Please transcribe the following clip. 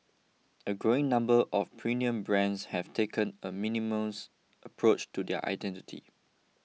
a growing number of premium brands have taken a minimalist approach to their identity